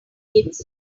kids